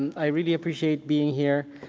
i really appreciate being here.